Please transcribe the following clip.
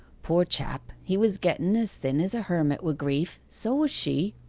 poor chap, he was getten as thin as a hermit wi' grief so was she